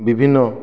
ବିଭିନ୍ନ